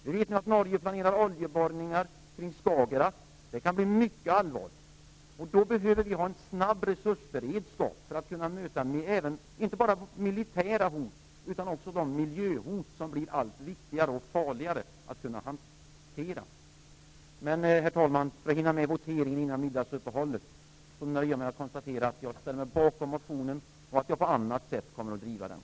Vi vet nu att Norge planerar oljeborrningar kring Skagerrak. Det kan bli mycket allvarligt. Vi behöver därför ha en snabb beredskap för att kunna möta inte bara militära hot utan också de miljöhot som blir allt viktigare, farligare och svårare att hantera. Herr talman! För att vi skall hinna med voteringen innan middagsuppehållet nöjer jag mig alltså med att konstatera att jag ställer mig bakom motionen och att jag på annat sätt kommer att driva frågan.